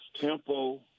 tempo